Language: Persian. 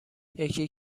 یکی